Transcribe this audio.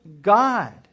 God